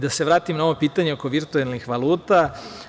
Da se vratim na ovo pitanje oko virtuelnih valuta.